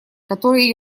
которые